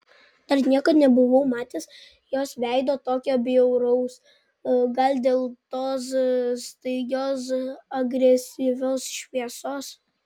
dar niekad nebuvau matęs jos veido tokio bjauraus gal dėl tos staigios agresyvios šviesos